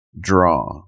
draw